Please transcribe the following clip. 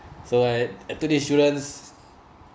so I I took this insurance